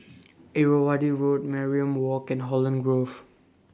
Irrawaddy Road Mariam Walk and Holland Grove